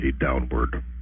downward